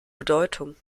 bedeutung